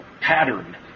pattern